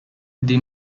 the